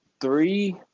three